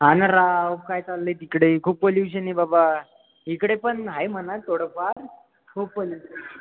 हा ना राव काय चाललं आहे तिकडे खूप पोल्यूशन आहे बाबा इकडे पण आहे म्हणा थोडं फार खूप पोल्यूशन